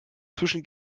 zwischen